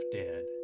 dead